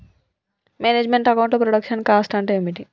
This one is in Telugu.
మేనేజ్ మెంట్ అకౌంట్ లో ప్రొడక్షన్ కాస్ట్ అంటే ఏమిటి?